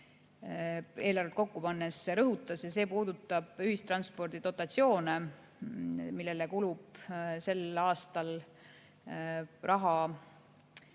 eelarvet kokku pannes rõhutas. See puudutab ühistranspordi dotatsioone, millele kulub sel aastal raha osalt